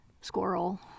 squirrel